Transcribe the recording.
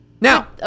now